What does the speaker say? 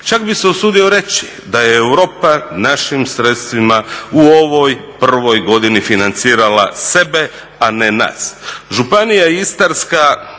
Čak bih se usudio reći da je Europa našim sredstvima u ovoj prvoj godini financirala sebe, a ne nas.